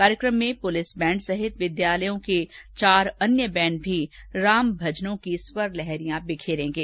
कार्यक्रम में police band सहित विद्यालयों के चार अन्य बैंड भी राम भजनों की स्वर लहरिया बिखरेंगे